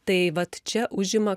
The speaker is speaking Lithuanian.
tai vat čia užima